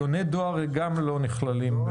גם יוני דואר לא נכללים.